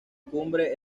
cumbre